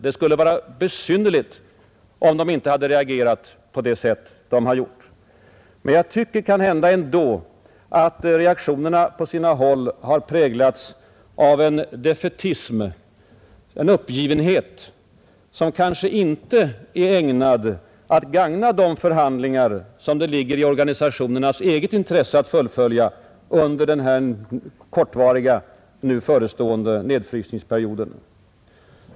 Det skulle vara besynnerligt om de inte hade reagerat på det sätt de har gjort. Men jag tycker kanhända ändå att reaktionerna på sina håll har präglats av en defaitism, en uppgivenhet, som kanske inte är ägnad gagna de förhandlingar som det ligger i organisationernas eget intresse att fullfölja under den här kortvariga nu förestående nedfrysningsperioden.